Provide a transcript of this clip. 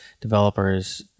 Developers